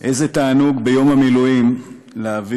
לא להכיר בגיורים הפרטיים ולהדיח אותם, להדיר